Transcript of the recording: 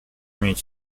mieć